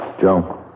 Joe